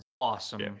Awesome